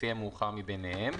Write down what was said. לפי המאוחר מביניהם,